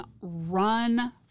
run